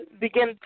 begin